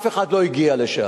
אף אחד לא הגיע לשם.